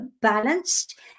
balanced